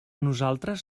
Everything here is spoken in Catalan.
nosaltres